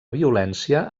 violència